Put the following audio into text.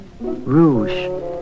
Rouge